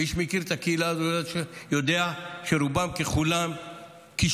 מי שמכיר את הקהילה הזאת יודע שרובם ככולם כישרוניים,